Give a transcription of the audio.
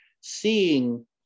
seeing